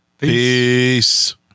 Peace